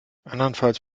andernfalls